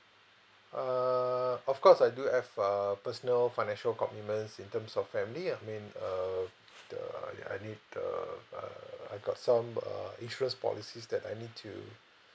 err of course I do have err personal financial commitments in terms of family ah I mean uh the ya I need err err I've got some err insurance policies that I need to